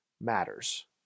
matters